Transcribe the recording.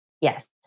Yes